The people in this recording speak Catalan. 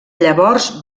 llavors